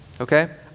Okay